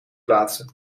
plaatsen